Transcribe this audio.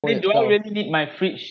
think do I really need my fridge